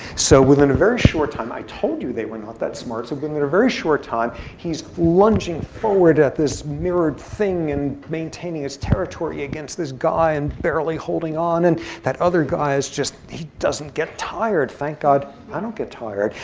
so within a very short time i told you they were not that smart. so within a very short time, he's lunging forward at this mirrored thing and maintaining his territory against this guy and barely holding on. and that other guy is just he doesn't get tired. thank god i don't get tired.